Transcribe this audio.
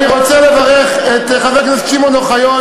אני רוצה לברך את חבר הכנסת שמעון אוחיון,